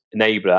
enabler